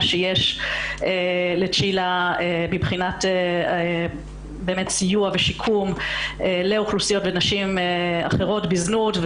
בעיניי שיש לצ'ילה מבחינת סיוע בשיקום לאוכלוסיות ונשים אחרות בזנות.